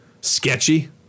sketchy